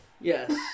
Yes